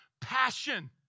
passion